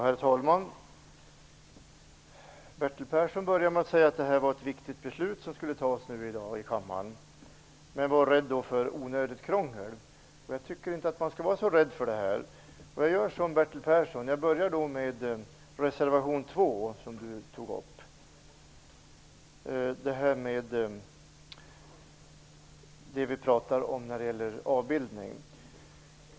Herr talman! Bertil Persson började med att säga att det är ett viktigt beslut som nu skall fattas i kammaren men att han var rädd för onödigt krångel. Jag tycker inte att man skall vara så rädd för detta. Jag vill liksom Bertil Persson först ta upp reservation 2, som avser avbildning av konstverk.